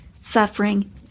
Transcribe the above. suffering